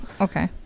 okay